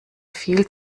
viel